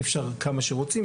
אי-אפשר כמה שרוצים,